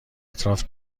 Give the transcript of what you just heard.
اطراف